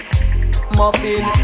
Muffin